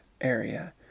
area